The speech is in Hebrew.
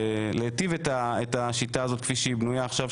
להיטיב את השיטה הזאת כפי שהיא בנויה עכשיו,